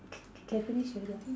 k~ can finish already I think